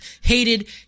hated